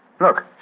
Look